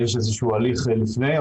יש איזשהו הליך לפני כן.